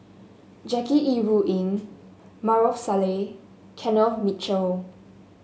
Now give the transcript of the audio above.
Jackie Yi Ru Ying Maarof Salleh Kenneth Mitchell